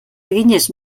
eginez